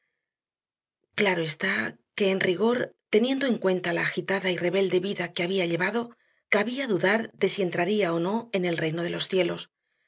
claro está que en rigor teniendo en cuenta la agitada y rebelde vida que había llevado cabía dudar de si entraría o no en el reino de los cielos